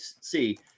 see